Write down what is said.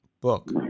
book